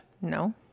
No